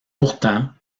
pourtant